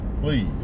Please